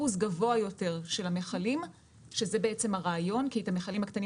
אחוז גבוה יותר של המכלים שזה בעצם הרעיון כי במכלים הקטנים